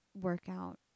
workout